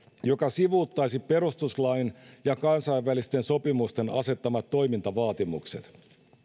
joka sivuuttaisi perustuslain ja kansainvälisten sopimusten asettamat toimintavaatimukset